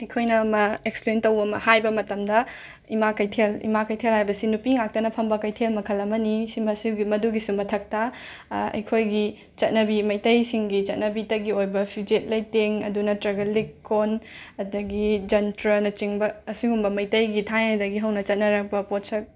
ꯑꯩꯈꯣꯏꯅ ꯃ ꯑꯦꯛꯁꯄ꯭ꯂꯦꯟ ꯇꯧ ꯍꯥꯏꯕ ꯃꯇꯝꯗ ꯏꯃꯥ ꯀꯩꯊꯦꯜ ꯏꯃꯥ ꯀꯩꯊꯦꯜ ꯍꯥꯏꯕꯁꯤ ꯅꯨꯄꯤ ꯉꯥꯛꯇꯅ ꯐꯝꯕ ꯀꯩꯊꯦꯜ ꯃꯈꯜ ꯑꯃꯅꯤ ꯁꯤ ꯃꯁꯤ ꯃꯗꯨꯒꯤꯁꯨ ꯃꯊꯛꯇ ꯑꯩꯈꯣꯏꯒꯤ ꯆꯠꯅꯕꯤ ꯃꯩꯇꯩꯁꯤꯡꯒꯤ ꯆꯠꯅꯕꯤꯇꯒꯤ ꯑꯣꯏꯕ ꯐꯤꯖꯦꯠ ꯂꯩꯇꯦꯡ ꯑꯗꯨ ꯅꯠꯇ꯭ꯔꯒ ꯂꯤꯛ ꯀꯣꯟ ꯑꯗꯒꯤ ꯖꯟꯇ꯭ꯔꯅꯆꯤꯡꯕ ꯑꯁꯤꯒꯨꯝꯕ ꯃꯩꯇꯩꯒꯤ ꯊꯥꯏꯅꯗꯒꯤ ꯍꯧꯅ ꯆꯠꯅꯔꯛꯄ ꯄꯣꯠꯁꯛ